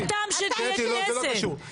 אין טעם להיות פה.